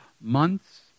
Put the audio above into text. months